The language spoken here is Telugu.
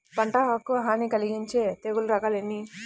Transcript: పంటకు హాని కలిగించే తెగుళ్ల రకాలు ఎన్ని?